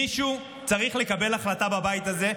מישהו צריך לקבל החלטה בבית הזה,